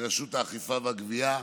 מרשות האכיפה והגבייה,